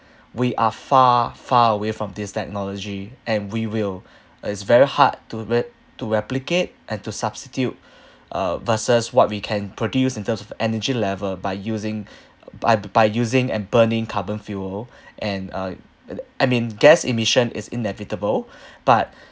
we are far far away from this technology and we will is very hard to re~ to replicate and to substitute uh versus what we can produce in terms of energy level by using by by using and burning carbon fuel and uh I I mean gas emission is inevitable but